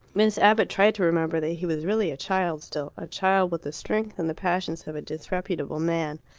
miss abbott tried to remember that he was really a child still a child with the strength and the passions of a disreputable man.